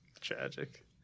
Tragic